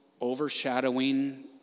overshadowing